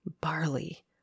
barley